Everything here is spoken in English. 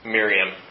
Miriam